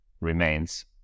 remains